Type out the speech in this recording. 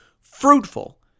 fruitful